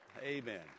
Amen